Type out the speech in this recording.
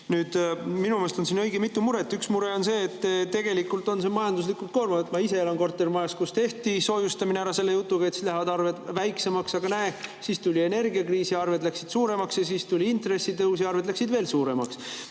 meelest on siin õige mitu muret. Üks mure on see, et tegelikult on see majanduslikult koormav. Ma ise elan kortermajas, kus tehti soojustamine ära selle jutuga, et siis lähevad arved väiksemaks, aga näe, tuli energiakriis ja arved läksid suuremaks, ja siis tuli intressitõus ja arved läksid veel suuremaks.